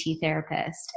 therapist